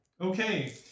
Okay